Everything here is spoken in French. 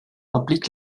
implique